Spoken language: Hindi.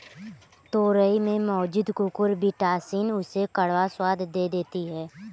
तोरई में मौजूद कुकुरबिटॉसिन उसे कड़वा स्वाद दे देती है